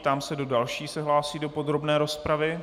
Ptám se, kdo další se hlásí do podrobné rozpravy.